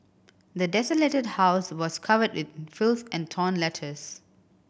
the desolated house was covered in filth and torn letters